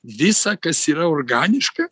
visa kas yra organiška